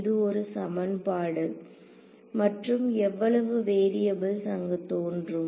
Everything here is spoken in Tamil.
இது ஒரு சமன்பாடு மற்றும் எவ்வளவு வேரியபுள்ஸ் அங்கு தோன்றும்